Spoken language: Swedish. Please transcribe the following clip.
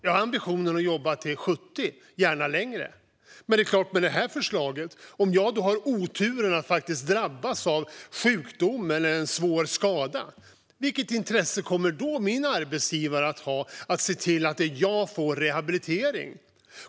Jag har ambitionen att jobba till 70, och gärna längre. Men vilket intresse kommer min arbetsgivare, med det här förslaget, att ha av att se till att jag får rehabilitering om jag har oturen att drabbas av sjukdom eller en svår skada?